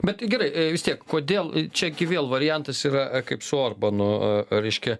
bet gerai vis tiek kodėl čia gi vėl variantas yra kaip su orbanu reiškia